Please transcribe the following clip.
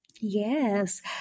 Yes